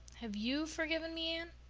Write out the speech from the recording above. have you forgiven me, anne?